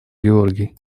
георгий